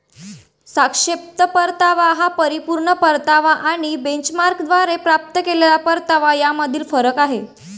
सापेक्ष परतावा हा परिपूर्ण परतावा आणि बेंचमार्कद्वारे प्राप्त केलेला परतावा यामधील फरक आहे